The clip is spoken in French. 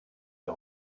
les